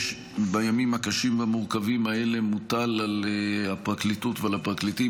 שבימים הקשים והמורכבים האלה מוטל על הפרקליטות ועל הפרקליטים,